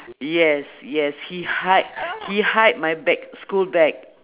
yes yes he hide he hide my bag school bag